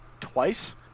twice